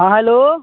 हँ हैलो